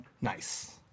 Nice